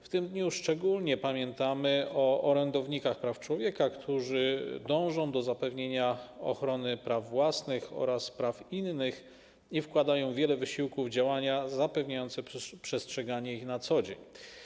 W tym dniu szczególnie pamiętamy o orędownikach praw człowieka, którzy dążą do zapewnienia ochrony praw własnych oraz praw innych i wkładają wiele wysiłku w działania zapewniające przestrzeganie ich na co dzień.